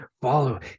follow